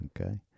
Okay